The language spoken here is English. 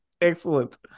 Excellent